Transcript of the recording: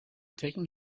taking